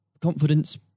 confidence